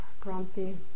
grumpy